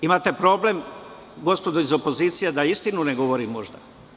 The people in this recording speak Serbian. Imate problem gospodo iz opozicije da istinu ne govorim možda.